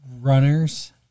runners